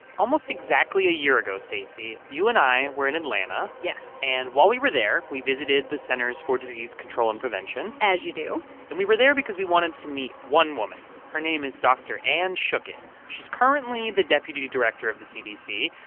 almost exactly a year ago, stacey, you and i were in atlanta yes and while we were there, we visited the centers for disease control and prevention as you do and we were there because we wanted to meet one woman. her name is dr. anne schuchat. she's currently the deputy director of the cdc.